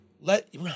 Let